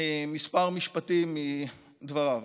כמה משפטים מדבריו: